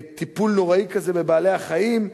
מטיפול נוראי כזה בבעלי-חיים.